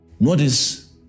Notice